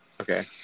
Okay